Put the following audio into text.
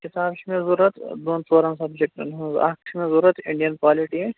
کِتاب چھِ مےٚ ضوٚرَتھ دۄن ژورَن سَبجَکٹَن ہٕنٛز اَکھ چھِ مےٚ ضوٚرَتھ اِنڈین پالِٹیٖک